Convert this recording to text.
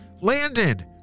Landon